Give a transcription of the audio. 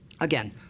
Again